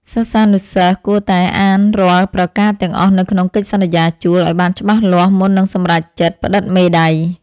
សិស្សានុសិស្សគួរតែអានរាល់ប្រការទាំងអស់នៅក្នុងកិច្ចសន្យាជួលឱ្យបានច្បាស់លាស់មុននឹងសម្រេចចិត្តផ្តិតមេដៃ។